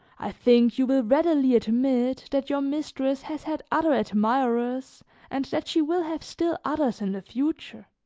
i think you will readily admit that your mistress has had other admirers and that she will have still others in the future